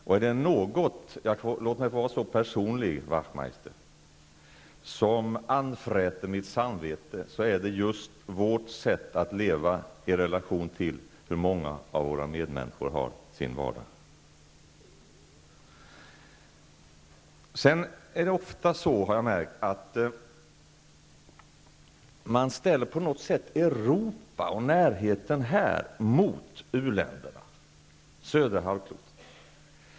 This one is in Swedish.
Och är det något -- låt mig få vara så personlig, Ian Wachtmeister -- som anfräter mitt samvete, så är det just vårt sätt att leva i relation till hur många av våra medmänniskor har sin vardag. Sedan är det ofta så, har jag märkt, att man på något sätt ställer Europa och närheten här mot uländerna, mot södra halvklotet.